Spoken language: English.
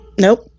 nope